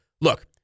Look